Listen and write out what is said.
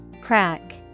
Crack